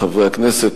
חברי הכנסת,